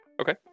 Okay